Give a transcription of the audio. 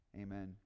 amen